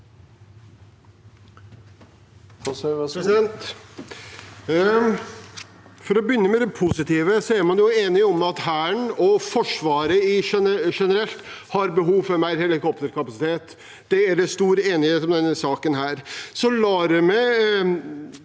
For å begynne med det positive: Man er enige om at Hæren og Forsvaret generelt har behov for mer helikopterkapasitet. Det er det stor enighet om i denne saken. Så lar